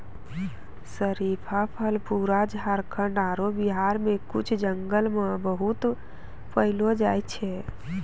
शरीफा फल पूरा झारखंड आरो बिहार के कुछ जंगल मॅ बहुत पैलो जाय छै